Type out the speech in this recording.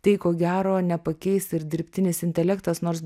tai ko gero nepakeis ir dirbtinis intelektas nors